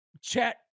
Chat